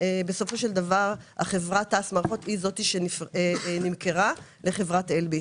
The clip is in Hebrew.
בסופו של דבר חברת "תע"ש מערכות" היא זאת שנמכרה לחברת "אלביט".